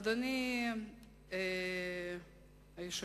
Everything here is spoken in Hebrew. אדוני היושב-ראש,